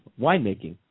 winemaking